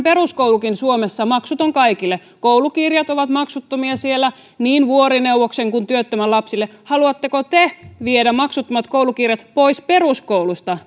peruskoulukin suomessa maksuton kaikille koulukirjat ovat maksuttomia siellä niin vuorineuvoksen kuin työttömän lapsille haluatteko te viedä maksuttomat koulukirjat pois peruskoulusta